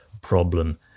problem